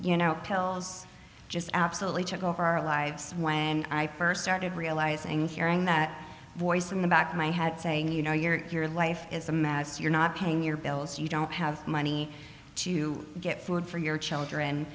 you know pills just absolutely took over our lives when i first started realizing hearing that voice in the back of my head saying you know you're life is a mess you're not paying your bills you don't have money to get food for your children